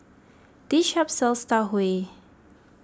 this shop sells Tau Huay